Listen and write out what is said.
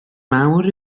mawr